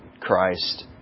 Christ